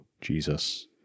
Jesus